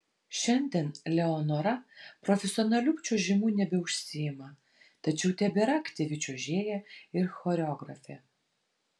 šiandien leonora profesionaliu čiuožimu nebeužsiima tačiau tebėra aktyvi čiuožėja ir choreografė